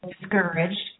discouraged